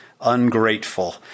ungrateful